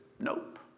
Nope